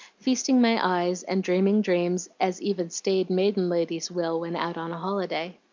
feasting my eyes and dreaming dreams as even staid maiden ladies will when out on a holiday.